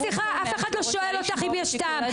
אף אחד לא שואל אותך אם יש טעם.